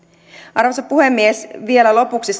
arvoisa puhemies vielä lopuksi